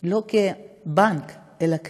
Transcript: לא כבנק, אלא כמדינה.